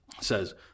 says